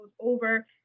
over